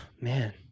man